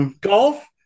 Golf